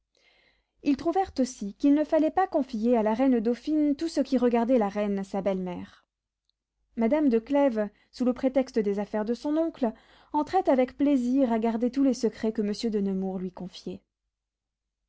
ils trouvèrent aussi qu'il ne fallait pas confier à la reine dauphine tout ce qui regardait la reine sa belle-mère madame de clèves sous le prétexte des affaires de son oncle entrait avec plaisir à garder tous les secrets que monsieur de nemours lui confiait